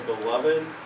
beloved